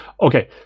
okay